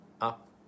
up